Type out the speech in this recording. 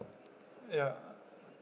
ya